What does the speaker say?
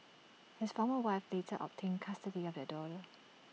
his former wife later obtained custody of their daughter